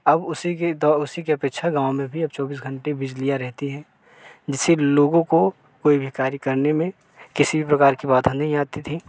अब उसी के दौ उसी के अपेक्षा गाँव में भी अब चौबीस घंटे बिजलियाँ रहती है जिससे लोगों को कोई भी कार्य करने में किसी भी प्रकार की बाधा नहीं आती थी